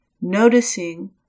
noticing